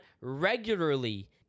regularly